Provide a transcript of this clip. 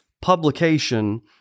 publication